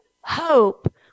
hope